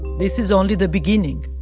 this is only the beginning